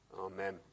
Amen